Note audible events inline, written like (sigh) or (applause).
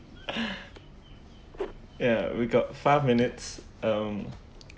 (breath) ya we got five minutes um